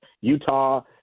Utah